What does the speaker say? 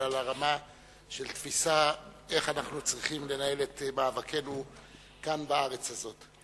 אלא על הרמה של תפיסה איך אנחנו צריכים לנהל את מאבקנו כך בארץ הזאת.